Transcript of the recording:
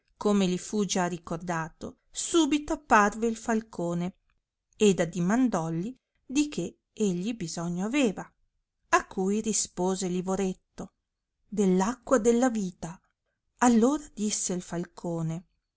come li fu già ricordato subito apparve il falcone ed addimandolli di che egli bisogno aveva a cui rispose lavoretto dell acqua della vita allora disse il falcone